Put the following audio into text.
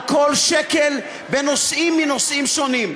על כל שקל, בנושאים מנושאים שונים.